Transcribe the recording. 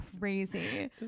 Crazy